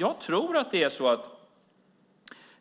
Jag tror inte att